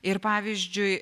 ir pavyzdžiui